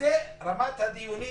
זו רמת הדיונים